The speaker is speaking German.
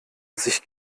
sich